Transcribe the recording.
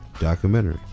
documentary